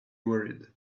worried